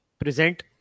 present